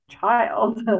child